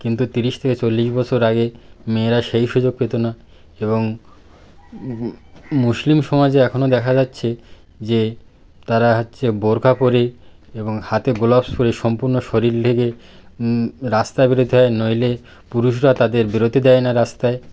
কিন্তু তিরিশ থেকে চল্লিশ বছর আগে মেয়েরা সেই সুযোগ পেত না এবং মুসলিম সমাজে এখনও দেখা যাচ্ছে যে তারা হচ্ছে বোরখা পরে এবং হাতে গ্লাভস পরে সম্পূর্ণ শরীর ঢেকে রাস্তায় বেরোতে হয় নইলে পুরুষরা তাদের বেরোতে দেয় না রাস্তায়